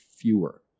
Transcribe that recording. fewer